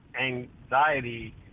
anxiety